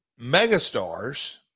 megastars